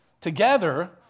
together